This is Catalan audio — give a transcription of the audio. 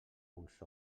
uns